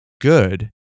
good